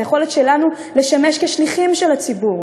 היכולת שלנו לשמש שליחים של הציבור.